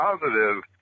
positive